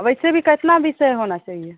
वैसे भी कितना विषय होना चाहिए